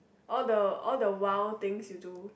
all the all the wild things you do